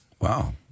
Wow